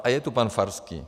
A je tu pan Farský.